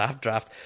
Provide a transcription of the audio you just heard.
draft